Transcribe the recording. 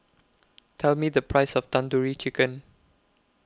Tell Me The Price of Tandoori Chicken